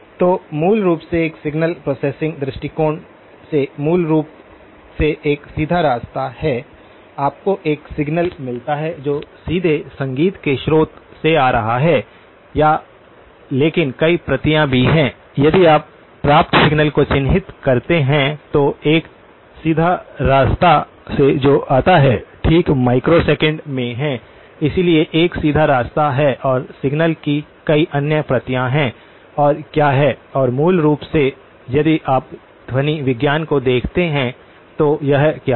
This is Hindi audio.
तो मूल रूप से एक सिग्नल प्रोसेसिंग दृष्टिकोण से मूल रूप से एक सीधा रास्ता है आपको एक सिग्नल मिलता है जो सीधे संगीत के स्रोत से आ रहा है या लेकिन कई प्रतियां भी हैं यदि आप प्राप्त सिग्नल को चिह्नित करते है तो एक सीधा रास्ता से जो आता है ठीक यह माइक्रोसेकंड में है इसलिए एक सीधा रास्ता है और सिग्नल की कई अन्य प्रतियां हैं और क्या है और मूल रूप से यदि आप ध्वनि विज्ञान को देखते हैं तो यह क्या है